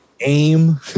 AIM